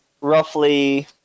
roughly